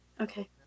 Okay